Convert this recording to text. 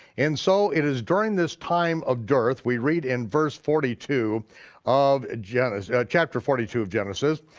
and so it is during this time of dearth, we read in verse forty two of genesis, chapter forty two of genesis,